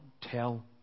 tell